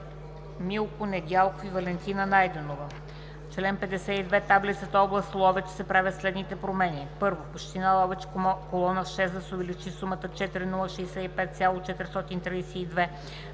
Милко Недялков и Валентина Найденова: „В чл. 52, таблицата, област Ловеч, се правят следните промени: 1. Община Ловеч – в колона 6 да се увеличи сумата с „4 065,432“